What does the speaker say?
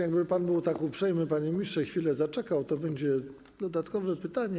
Jakby pan był tak uprzejmy, panie ministrze, i chwilę zaczekał, to będzie dodatkowe pytanie.